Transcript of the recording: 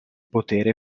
potere